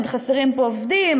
עוד חסרים פה עובדים,